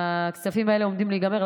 הכספים האלה עומדים להיגמר,